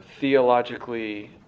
theologically